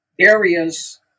areas